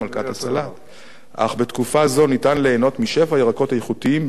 אך בתקופה זו ניתן ליהנות משפע ירקות איכותיים במחירים מעולים: